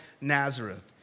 Nazareth